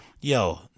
Yo